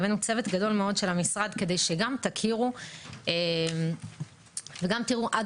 הבאנו צוות גדול מאוד של המשרד כדי שגם תכירו וגם תראו עד